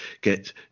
get